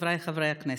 חבריי חברי הכנסת,